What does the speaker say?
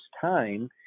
time